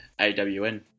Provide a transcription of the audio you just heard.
AWN